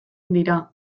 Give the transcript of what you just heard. dira